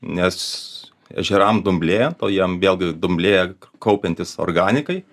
nes ežeram dumblėjant o jie vėlgi dumblėja k kaupiantis organikai